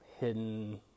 hidden